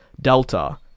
Delta